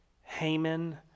Haman